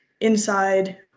inside